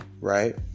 right